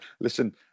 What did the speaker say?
listen